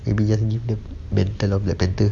maybe just ni punya mental of black panther